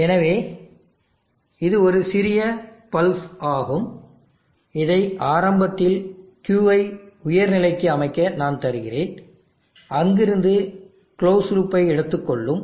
எனவே இது ஒரு சிறிய பல்ஸ் ஆகும் இதை ஆரம்பத்தில் Q ஐ உயர் நிலைக்கு அமைக்க நான் தருகிறேன் அங்கிருந்து க்ளோஸ் லுப்பை எடுத்துக் கொள்ளும்